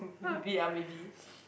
mm maybe ah maybe